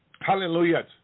hallelujah